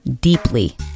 deeply